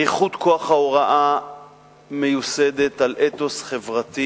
איכות כוח ההוראה מיוסדת על אתוס חברתי,